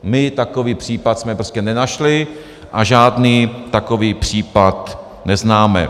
My jsme takový případ prostě nenašli a žádný takový případ neznáme.